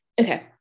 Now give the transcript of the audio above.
Okay